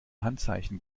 handzeichen